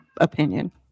opinion